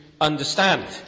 understand